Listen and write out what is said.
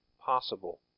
possible